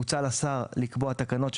מוצע לשר לקבוע תקנות,